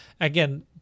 Again